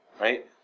right